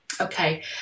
Okay